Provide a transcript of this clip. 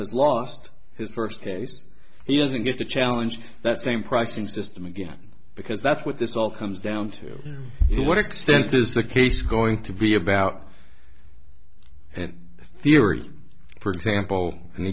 has lost his first case he doesn't get to challenge that same pricing system again because that's what this all comes down to what extent is the case going to be about theory for example an